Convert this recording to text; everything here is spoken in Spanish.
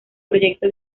proyecto